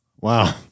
Wow